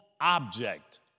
object